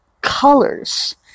colors